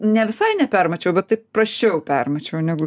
ne visai nepermačiau bet taip prasčiau permečiau negu